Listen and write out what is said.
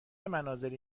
مناظری